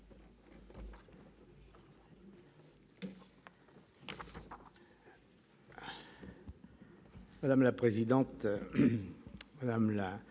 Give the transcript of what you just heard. Madame la présidente, madame la